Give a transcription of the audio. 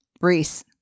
Reese